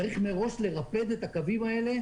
צריך מראש לרפד את הקווים האלה.